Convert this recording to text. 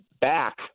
back